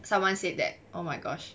someone said that oh my gosh